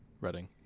Reading